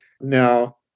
Now